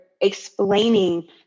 explaining